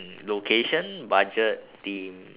mm location budget theme